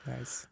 Nice